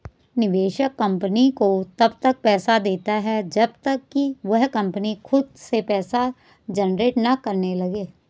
निवेशक कंपनी को तब तक पैसा देता है जब तक कि वह कंपनी खुद से पैसा जनरेट ना करने लगे